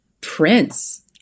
Prince